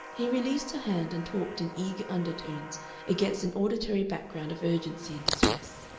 he released her hand and talked in eager undertones against an auditory background of urgency and distress.